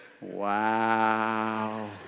wow